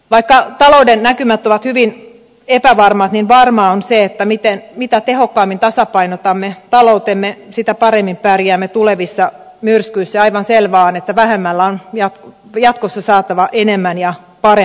vaikka talouden näkymät ovat hyvin epävarmat niin varmaa on se että mitä tehokkaammin tasapainotamme taloutemme sitä paremmin pärjäämme tulevissa myrskyissä ja aivan selvää on että vähemmällä on jatkossa saatava enemmän ja parempaa